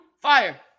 Fire